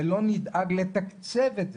ולא נדאג לתקצב את זה,